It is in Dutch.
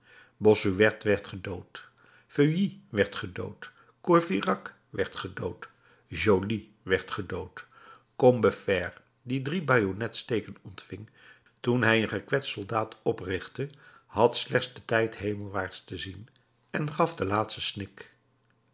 bossuet werd gedood feuilly werd gedood courfeyrac werd gedood joly werd gedood combeferre die drie bajonetsteken ontving toen hij een gekwetst soldaat oprichtte had slechts den tijd hemelwaarts te zien en gaf den laatsten snik